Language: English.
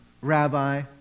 rabbi